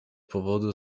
powodu